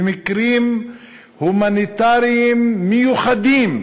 רק במקרים הומניטריים מיוחדים מותר.